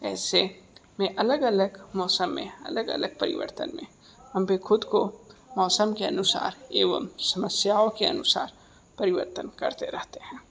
ऐसे में अलग अलग मौसम में अलग अलग परिवर्तन में हम भी ख़ुद को मौसम के अनुसार एवं समस्याओं के अनुसार परिवर्तन करते रहते हैं